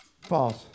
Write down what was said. False